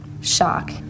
shock